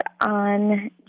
on